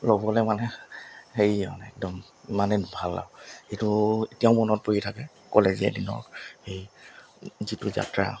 ল'বলৈ মানে হেৰি মানে একদম মানে ভাল আৰু সেইটো এতিয়াও মনত পৰি থাকে কলেজীয়া দিনৰ সেই যিটো যাত্ৰা